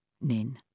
Nin